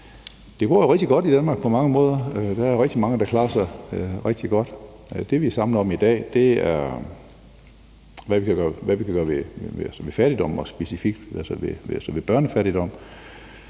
Det går jo rigtig godt i Danmark på mange måder. Der er rigtig mange, der klarer sig rigtig godt. Det, vi er samlet om i dag, er, hvad vi kan gøre ved fattigdom og altså specifikt ved børnefattigdom.